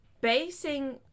Basing